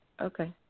okay